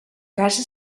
casa